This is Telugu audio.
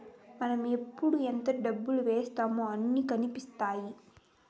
మనం ఎప్పుడు ఎంత డబ్బు వేశామో అన్ని కనిపిత్తాయి